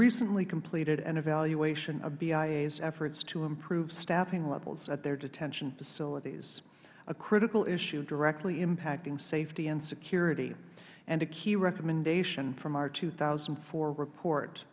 recently completed an evaluation of bia's efforts to improve staffing levels at their detention facilities a critical issue directly impacting safety and security and a key recommendation from our two thousand and four report